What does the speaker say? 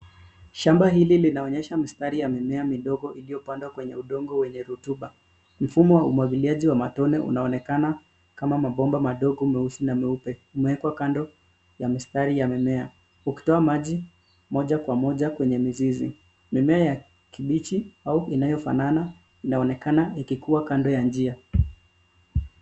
Shamba hili linaonyesha mistari ya mimea midogo iliyopandwa kwenye udongo wenye rutuba. Mfumo wa umwagiliaji wa matone unaonekana kama mabomba, madogo meusi na meupe. Umewekwa kando ya mistari ya mimea ukitoa maji moja kwa moja kwenye mizizi. Mimea ya kibichi au inayofanana inaonekana ikikua kando ya njia.